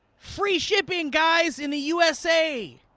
free shipping, guys! in the usa,